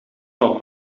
van